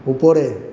উপরে